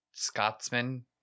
Scotsman